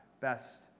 best